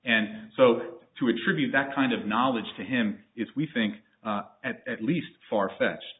and so to attribute that kind of knowledge to him is we think at least farfetched